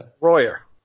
Royer